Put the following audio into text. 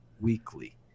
weekly